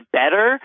better